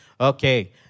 okay